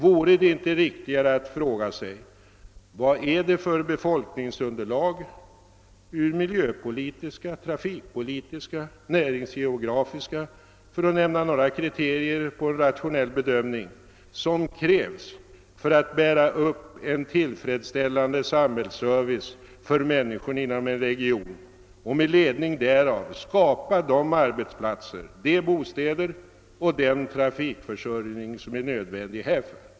Vore det inte riktigare att fråga sig vad det är för befolkningsunderlag — miljöpolitiskt, trafikpolitiskt, näringsgeografiskt, för att nämna några kriterier för en rationell bedömning — som krävs för att bära upp en tillfredsställande samhällsservice för människorna inom en region och med ledning därav skapa de arbetsplatser, de bostäder och den trafikförsörjning som är nödvändiga härför?